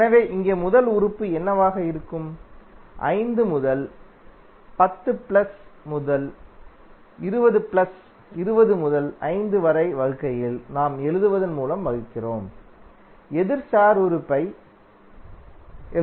எனவே இங்கே முதல் உறுப்பு என்னவாக இருக்கும் 5 முதல் 10 பிளஸ் 10 முதல் 20 பிளஸ் 20 முதல் 5 வரை வகுக்கையில் நாம் எழுதுவதன் மூலம் வகுக்கிறோம் எதிர் ஸ்டார் உறுப்பை எழுதுகிறோம்